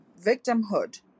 victimhood